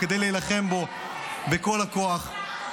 כדי להילחם בו בכל הכוח.